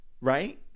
Right